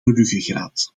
ruggengraat